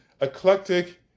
eclectic